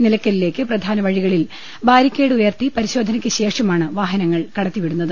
നിലക്കലിലേക്ക് പ്രധാന വഴികളിൽ barricade ഉയർത്തി പരിശോധനയ്ക്ക് ശേഷമാണ് വാഹ നങ്ങൾ കടത്തി വിടുന്നത്